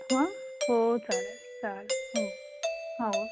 हं हो चालेल चालेल हो हो